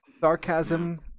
Sarcasm